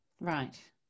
Right